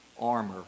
armor